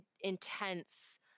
intense